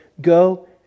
go